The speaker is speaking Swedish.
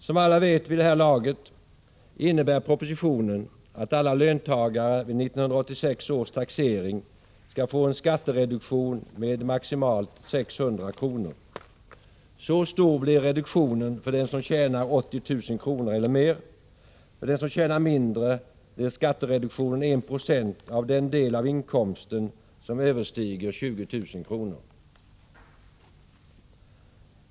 Som alla vid det här laget vet innebär propositionen att alla löntagare vid 1986 års taxering skall få en skattereduktion med maximalt 600 kr. Så stor blir reduktionen för den som tjänar 80 000 kr. eller mer. För den som tjänar mindre blir skattereduktionen 1 26 av den del av inkomsten som överstiger 20 000 kr.